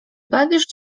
bawisz